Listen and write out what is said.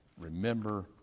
Remember